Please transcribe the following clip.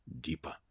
deeper